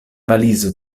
valizo